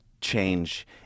change